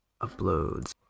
Uploads